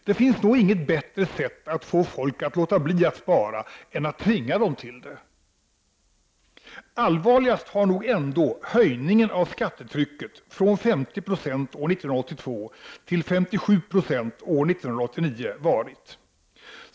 Det finns nog inget bättre sätt att få folk att låta bli att spara än att tvinga dem till det! Allvarligast har nog höjningen av skattetrycket från 50 96 år 1982 till 57 9o år 1989 varit.